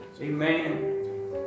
Amen